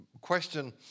question